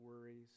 worries